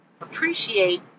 appreciate